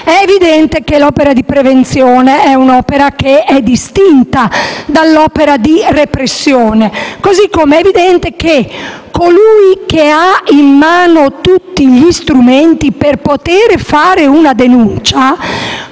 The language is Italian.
è evidente che l'opera di prevenzione è distinta dall'opera di repressione. Così come è evidente che colui che ha in mano tutti gli strumenti per poter fare una denuncia